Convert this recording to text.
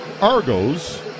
Argos